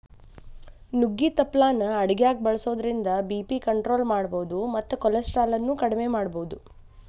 ನುಗ್ಗಿ ತಪ್ಪಲಾನ ಅಡಗ್ಯಾಗ ಬಳಸೋದ್ರಿಂದ ಬಿ.ಪಿ ಕಂಟ್ರೋಲ್ ಮಾಡಬೋದು ಮತ್ತ ಕೊಲೆಸ್ಟ್ರಾಲ್ ಅನ್ನು ಅಕೆಡಿಮೆ ಮಾಡಬೋದು